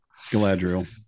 Galadriel